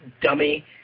dummy